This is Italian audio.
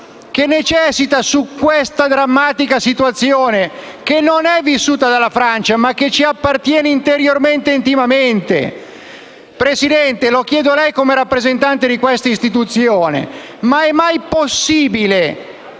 centralità a questa drammatica situazione, che non è vissuta solo dalla Francia ma che ci appartiene interiormente e intimamente. Presidente, lo chiedo a lei come rappresentante di questa istituzione: è mai possibile